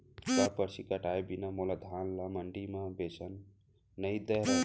का परची कटाय बिना मोला धान ल मंडी म बेचन नई धरय?